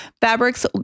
Fabric's